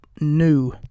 new